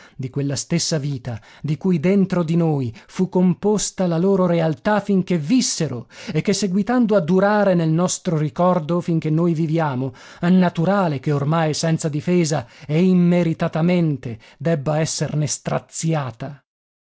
di quella stessa vita di cui dentro di noi fu composta la loro realtà finché vissero e che seguitando a durare nel nostro ricordo finché noi viviamo è naturale che ormai senza difesa e immeritamente debba esserne straziata